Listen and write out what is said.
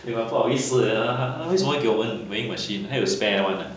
没有啊不好意思 leh 她她她为什么会给我们 weighing machine 她有 spare [one] ah